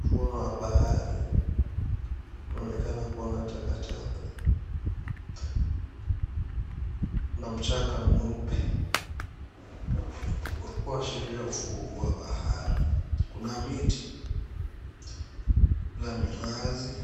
Ufuo wa bahari unaonekana kuwa na takataka na mchanga mweupe, kuashiria ufuo wa bahari. Kuna miti na minazi